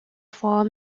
form